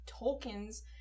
Tolkien's